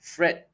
Fred